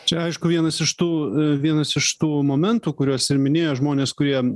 čia aišku vienas iš tų vienas iš tų momentų kuriuos ir minėjo žmonės kurie